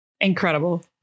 Incredible